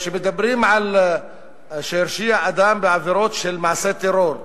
כשמדברים על ש"הרשיע אדם בעבירות של מעשי טרור,